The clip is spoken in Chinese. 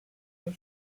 公司